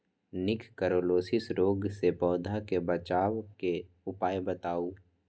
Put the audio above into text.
निककरोलीसिस रोग से पौधा के बचाव के उपाय बताऊ?